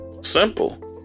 Simple